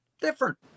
different